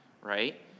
right